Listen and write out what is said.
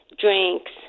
drinks